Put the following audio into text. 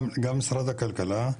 גם משרד הכלכלה,